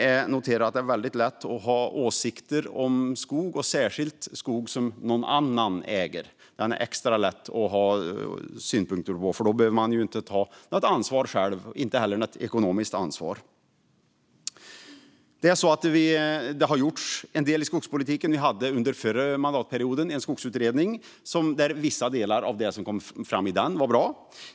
Jag noterar att det är väldigt lätt att ha åsikter om skog - särskilt om skog som någon annan äger. Den är extra lätt att ha synpunkter på, för då behöver man inte ta något ansvar själv - inte heller något ekonomiskt ansvar. Det har gjorts en del i skogspolitiken. Under den förra mandatperioden gjordes en skogsutredning, och vissa delar av det som kom fram i den var bra.